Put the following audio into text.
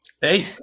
Hey